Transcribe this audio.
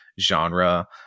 genre